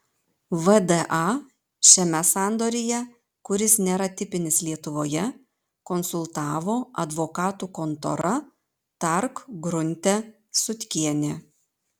vda šiame sandoryje kuris nėra tipinis lietuvoje konsultavo advokatų kontora tark grunte sutkienė